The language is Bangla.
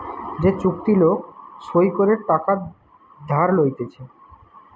যে চুক্তি লোক সই করে টাকা ধার লইতেছে